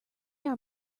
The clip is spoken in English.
are